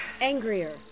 Angrier